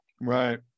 Right